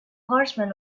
horsemen